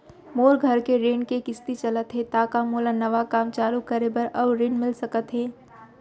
मोर घर के ऋण के किसती चलत हे ता का मोला नवा काम चालू करे बर अऊ ऋण मिलिस सकत हे?